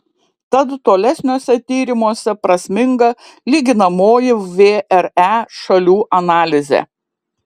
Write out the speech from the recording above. tad tolesniuose tyrimuose prasminga lyginamoji vre šalių analizė